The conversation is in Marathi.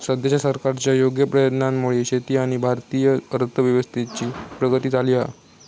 सद्याच्या सरकारच्या योग्य प्रयत्नांमुळे शेती आणि भारतीय अर्थव्यवस्थेची प्रगती झाली हा